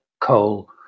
Coal